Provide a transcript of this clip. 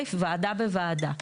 להחליף ועדה בוועדה,